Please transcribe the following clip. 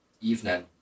evening